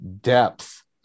depth